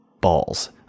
balls